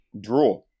draw